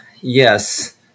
Yes